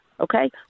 okay